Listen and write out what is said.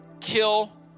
kill